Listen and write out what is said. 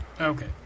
Okay